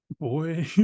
boy